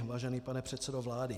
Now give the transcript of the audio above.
Vážený pane předsedo vlády.